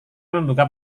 membuka